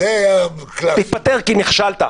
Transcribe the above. תתפטר כי נכשלת.